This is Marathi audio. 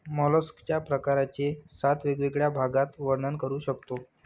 मॉलस्कच्या प्रकारांचे सात वेगवेगळ्या भागात वर्णन करू शकतो